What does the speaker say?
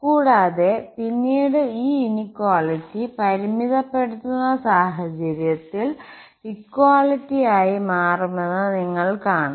കൂടാതെ പിന്നീട് ഈ ഇനിക്വാലിറ്റി പരിമിതപ്പെടുത്തുന്ന സാഹചര്യത്തിൽ ഇക്വാളിറ്റി ആയി മാറുമെന്ന് നിങ്ങൾ കാണും